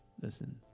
Listen